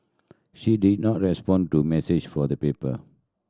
she did not respond to message for the paper